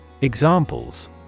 Examples